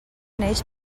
neix